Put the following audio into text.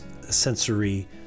sensory